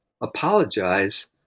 apologize